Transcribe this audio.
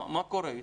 מה קורה איתם?